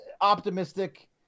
optimistic